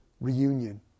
reunion